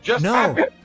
No